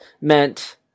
meant